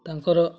ତାଙ୍କର